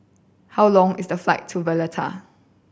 how long is the flight to Valletta